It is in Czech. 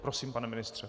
Prosím, pane ministře.